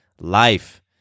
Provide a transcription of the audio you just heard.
life